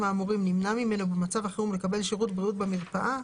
האמורים נמנע ממנו במצב החירום לקבל שירות בריאות במרפאה,